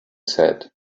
said